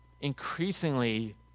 increasingly